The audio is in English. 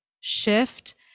shift